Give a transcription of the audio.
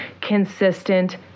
consistent